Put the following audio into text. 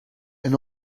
and